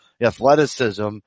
athleticism